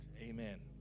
Amen